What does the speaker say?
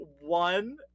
one